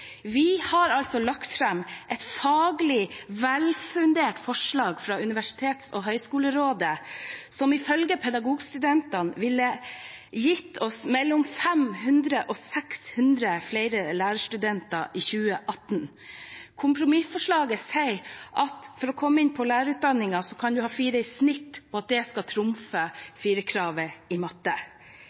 Vi har lagt fram et faglig velfundert forslag fra Universitets- og høgskolerådet som ifølge pedagogstudentene ville gitt oss mellom 500 og 600 flere lærerstudenter i 2018. Kompromissforslaget er at for å komme inn på lærerutdanningen kan man ha 4 i snitt, og at det skal trumfe firerkravet i matte.